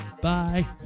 bye